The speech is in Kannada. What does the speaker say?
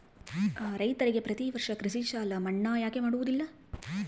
ರೈತರಿಗೆ ಪ್ರತಿ ವರ್ಷ ಕೃಷಿ ಸಾಲ ಮನ್ನಾ ಯಾಕೆ ಮಾಡೋದಿಲ್ಲ?